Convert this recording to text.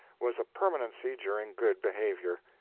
was a permanency during good behaviour.